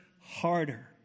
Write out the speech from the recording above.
harder